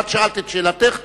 את שאלת את שאלתך ברורה,